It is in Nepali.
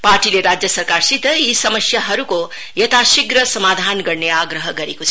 पार्टीले राज्य सरकारसित यी समस्याको यथाशीघ्र समाधान गर्ने आग्रह गरेको छ